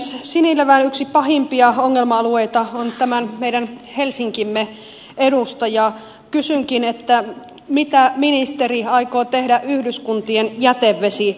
sinilevän yksi pahimpia ongelma alueita on tämän meidän helsinkimme edusta ja kysynkin mitä ministeri aikoo tehdä yhdyskuntien jätevesilietteelle